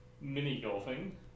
mini-golfing